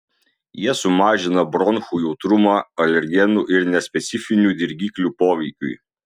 jie sumažina bronchų jautrumą alergenų ir nespecifinių dirgiklių poveikiui